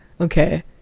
okay